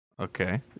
Okay